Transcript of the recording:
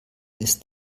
ist